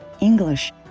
English